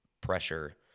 pressure